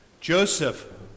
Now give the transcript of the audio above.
Joseph